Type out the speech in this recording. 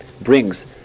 brings